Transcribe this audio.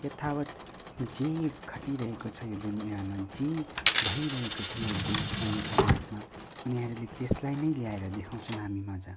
यथावत जे घटिरहेको छ यो दुनियाँमा जे भइरहेको छ यो देशमा यो समाजमा उनीहरूले त्यसलाई नै ल्याएर देखाउँछन् हामीमाझ